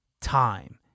time